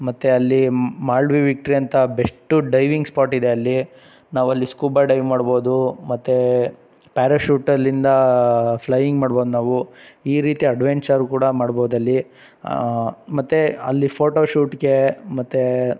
ಮತ್ತು ಅಲ್ಲಿ ಮಾಲ್ಡಿವ್ ವಿಕ್ಟ್ರಿ ಅಂತ ಬೆಶ್ಟು ಡೈವಿಂಗ್ ಸ್ಪಾಟ್ ಇದೆ ಅಲ್ಲಿ ನಾವಲ್ಲಿ ಸ್ಕೂಬ ಡೈವ್ ಮಾಡ್ಬೋದು ಮತ್ತು ಪ್ಯಾರಶೂಟಲ್ಲಿಂದ ಫ್ಲೈಯಿಂಗ್ ಮಾಡ್ಬೋದು ನಾವು ಈ ರೀತಿ ಅಡ್ವೆಂಚರು ಕೂಡ ಮಾಡ್ಬೋದಲ್ಲಿ ಮತ್ತು ಅಲ್ಲಿ ಫೋಟೋಶೂಟ್ಗೆ ಮತ್ತು